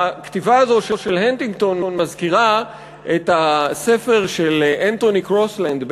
הכתיבה הזאת של הנטינגטון מזכירה את הספר של אנתוני קרוסלנד.